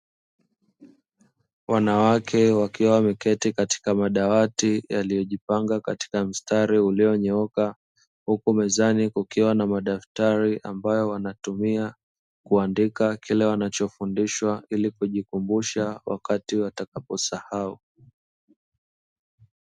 Wanawake wakiwa wameketi katika madawati yaliyojipanga katika mstari ulionyooka. huku mezani kukiwa na madaftari ambayo wanatumia kuandika kile wanachofundishwa ili kujikumbusha wakati watakaposahau.